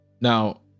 Now